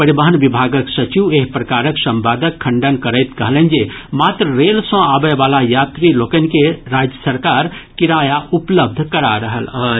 परिवहन विभागक सचिव एहि प्रकारक संवादक खंडन करैत कहलनि जे मात्र रेल सँ आबय वला यात्री लोकनि के राज्य सरकार किराया उपलब्ध करा रहल अछि